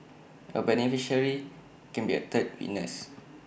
A beneficiary can be A third witness